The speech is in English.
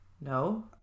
No